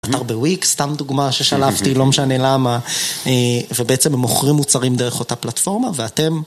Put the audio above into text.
אתר בוויקס, סתם דוגמה ששלפתי, לא משנה למה, ובעצם הם מוכרים מוצרים דרך אותה פלטפורמה, ואתם...